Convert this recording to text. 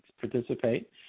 participate